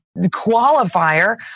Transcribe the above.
qualifier